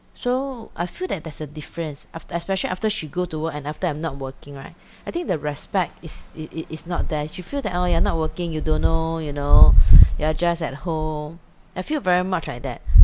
so I feel that there's a difference after especially after she go to work and after I'm not working right I think the respect is it it is not there she feel that orh you're not working you don't know you know you are just at home I feel very much like that